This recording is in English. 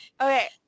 Okay